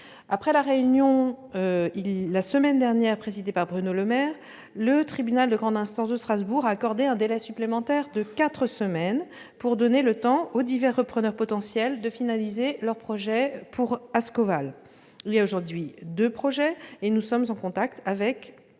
Le Maire, la semaine dernière, le tribunal de grande instance de Strasbourg a accordé un délai supplémentaire de quatre semaines afin de permettre aux divers repreneurs potentiels de finaliser leur projet pour Ascoval. Il existe aujourd'hui deux projets, et nous sommes en contact avec